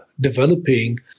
developing